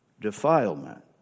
defilement